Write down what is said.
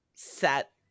Set